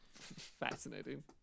Fascinating